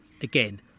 again